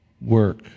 work